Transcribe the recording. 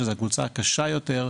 שזה הקבוצה הקשה יותר,